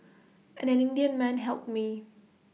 an Indian man helped me